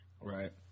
Right